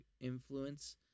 influence